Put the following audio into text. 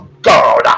God